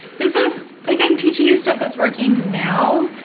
this is like i'm teaching you stuff that's working now,